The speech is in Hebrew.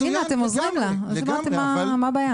הנה אתם עוזרים לה, לא הבנתי מה הבעיה.